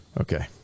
Okay